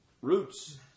roots